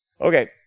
Okay